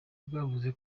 bwavuze